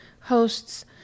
hosts